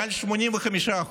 מעל 85%,